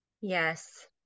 Yes